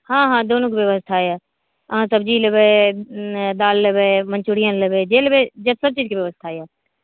हॅं हॅं दुनुके व्यवस्था यऽ अहाँ सब्जी लेबै दाल लेबै मन्चुरियन लेबै जे लेबै एतऽ सभ चीजकेँ व्यवस्था छै